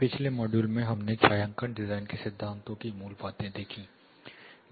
पिछले मॉड्यूल में हमने छायांकन डिजाइन के सिद्धांतों की मूल बातें देखीं